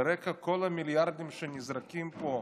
על רקע כל המיליארדים שנזרקים פה,